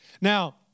Now